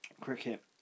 cricket